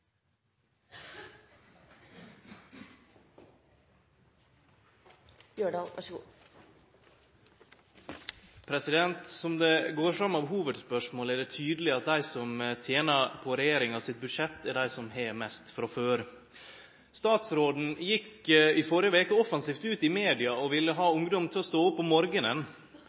Som det går fram av hovudspørsmålet, er det tydeleg at dei som tener på budsjettet til regjeringa, er dei som har mest frå før. Statsråden gjekk førre veka offensivt ut i media og ville ha ungdom til å stå opp om morgonen.